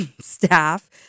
staff